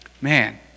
Man